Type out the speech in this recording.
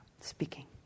speaking